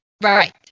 right